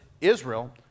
Israel